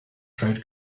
trade